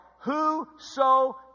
whoso